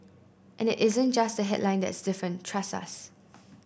and it isn't just the headline that's different trust us